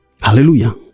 Hallelujah